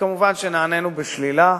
וכמובן נענינו בשלילה.